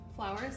Flowers